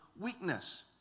weakness